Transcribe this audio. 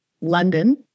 London